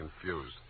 confused